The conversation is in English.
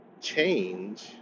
change